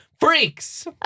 freaks